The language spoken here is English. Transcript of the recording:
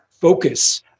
focus